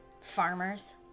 Farmers